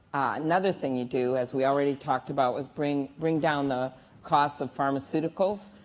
another thing you do, as we already talked about, was bring bring down the costs of pharmaceuticals.